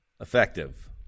effective